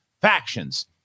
factions